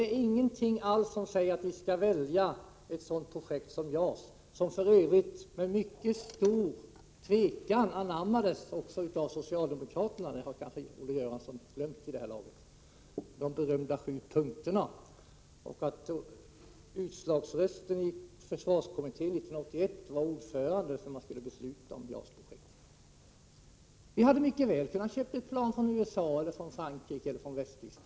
Men ingenting säger att vi skall välja ett sådant projekt som JAS, som för övrigt med mycket stor tvekan anammades också av socialdemokraterna — det har kanske Olle Göransson glömt vid det här laget. Jag vill erinra om de berömda sju punkterna och om att avgörandet i försvarskommittén 1981 om JAS projektet skedde med hjälp av ordförandens utslagsröst. Vi hade mycket väl kunnat köpa ett plan från USA, Frankrike eller Västtyskland.